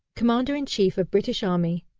commander-in-chief of british army.